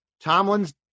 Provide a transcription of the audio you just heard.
Tomlin's